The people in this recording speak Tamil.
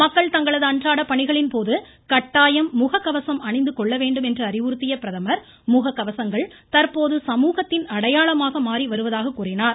மக்கள் தங்களது அன்றாட பணிகளின் போது கட்டாயம் முக கவசம் அணிந்து கொள்ள வேண்டும் என்று அறிவுறுத்திய அவர் முக கவசங்கள் தற்போது சமூகத்தின் அடையாளமாக மாறி வருவதாக கூறினார்